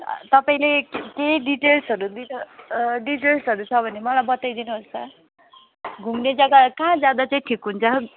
तपाईँले केही डिटेल्सहरू दिएर डिटेल्सहरू छ भने मलाई बताइदिनु होस् न घुम्ने जग्गा कहाँ जाँदा चाहिँ ठिक हुन्छ